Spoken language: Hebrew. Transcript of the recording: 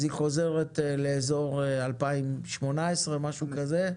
אז היא חוזרת לאיזור 2018 משהו כזה,